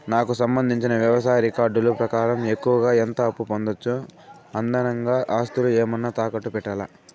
నాకు సంబంధించిన వ్యవసాయ రికార్డులు ప్రకారం ఎక్కువగా ఎంత అప్పు పొందొచ్చు, అదనంగా ఆస్తులు ఏమన్నా తాకట్టు పెట్టాలా?